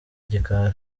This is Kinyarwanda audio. gikari